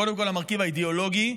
קודם כול המרכיב האידיאולוגי,